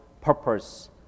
purpose